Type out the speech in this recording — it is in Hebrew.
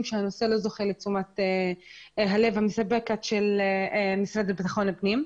שהנושא לא זוכה לתשומת הלב המספקת של המשרד לביטחון פנים.